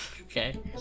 Okay